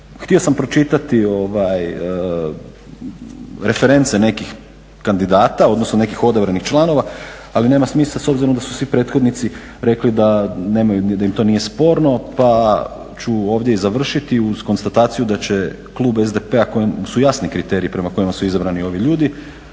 Htio sam pročitati reference nekih kandidata, odnosno nekih odabranih članova, ali nema smisla s obzirom da su svi prethodnici rekli da nemaju, da im to nije sporno. Pa ću ovdje i završiti uz konstataciju da će klub SDP-a kojima su jasni kriteriji prema kojima su izabrani ovi ljudi,